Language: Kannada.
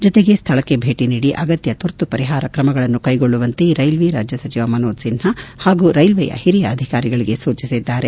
ಜತೆಗೆ ಸ್ಥಳಕ್ಕೆ ಭೇಟಿ ನೀಡಿ ಅಗತ್ಯ ತುರ್ತು ಪರಿಹಾರ ಕ್ರಮಗಳನ್ನು ಕೈಗೊಳ್ಳುವಂತೆ ರೈಲ್ವೇ ರಾಜ್ಯ ಸಚಿವ ಮನೋಜ್ ಸಿನ್ಡಾ ಹಾಗೂ ರೈಲ್ವೆಯ ಹಿರಿಯ ಅಧಿಕಾರಿಗಳಿಗೆ ಸೂಚಿಸಿದ್ದಾರೆ